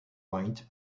point